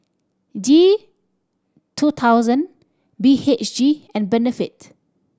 G two thousand B H G and Benefit